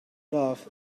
love